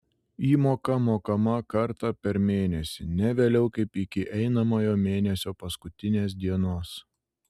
įmoka mokama kartą per mėnesį ne vėliau kaip iki einamojo mėnesio paskutinės dienos